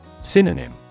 Synonym